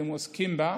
והם עוסקים בה,